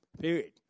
Period